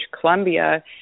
Columbia